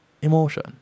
emotion